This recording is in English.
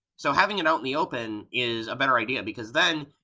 so having it out in the open is a better idea, because then,